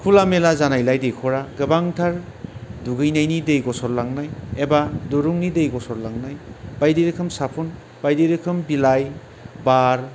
खुला मेला जानायलाय दैखरा गोबांथार दुगैनायनि दै गसरलांनाय एबा दुरुंनि दै गसरलांनाय बायदि रोखोम साबोन बायदि रोखोम बिलाइ बार